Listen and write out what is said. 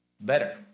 better